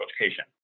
education